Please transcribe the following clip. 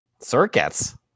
Circuits